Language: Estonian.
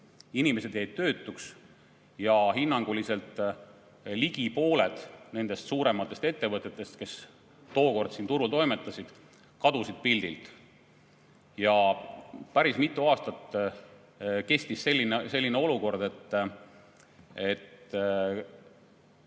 inimesed jäid töötuks ja hinnanguliselt ligi pooled nendest suurematest ettevõtetest, kes tookord siin turul toimetasid, kadusid pildilt. Päris mitu aastat kestis selline olukord, et